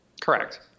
Correct